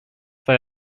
they